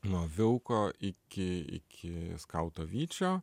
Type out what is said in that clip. nuo vilko iki iki skauto vyčio